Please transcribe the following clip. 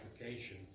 application